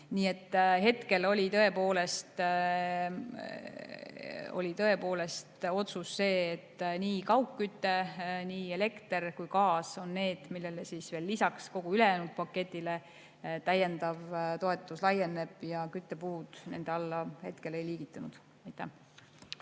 Nii et hetkel oli tõepoolest otsus selline, et nii kaugküte, elekter kui ka gaas on need, millele lisaks kogu ülejäänud paketile veel täiendav toetus laieneb. Küttepuud nende alla praegu ei liigitunud. Aitäh!